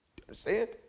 understand